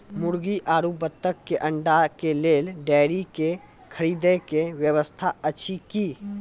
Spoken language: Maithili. मुर्गी आरु बत्तक के अंडा के लेल डेयरी के खरीदे के व्यवस्था अछि कि?